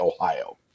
Ohio